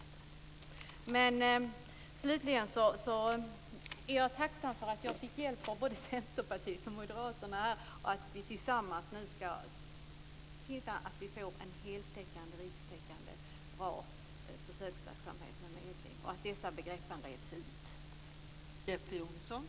Jag är slutligen tacksam för att jag fick hjälp av både Centerpartiet och Moderaterna, att vi tillsammans nu kan se till så att vi får en rikstäckande, bra försöksverksamhet med medling och att begreppen reds ut.